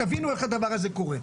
תבינו איך הדבר הזה קורה.